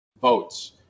votes